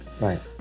right